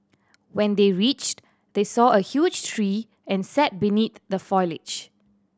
when they reached they saw a huge tree and sat beneath the foliage